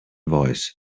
voice